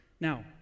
Now